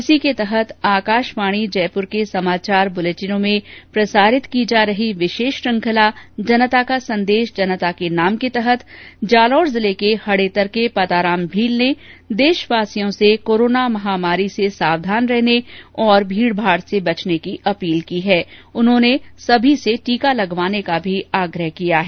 इसी के तहत आकाशवाणी जयपुर के समाचार बुलेटिनों में प्रसारित की जा रही विशेष श्रृंखला जनता का संदेश जनता के नाम के तहत जालोर जिले के हड़ेतर के पताराम भील ने देशवासियों से कोरोना महामारी से सावधान रहने और भीड़भाड़ से बचने की अपील की है उन्होंने सभी से टीका लगवाने का भी आग्रह किया है